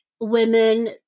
women